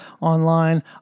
online